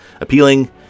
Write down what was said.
appealing